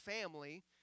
family